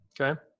Okay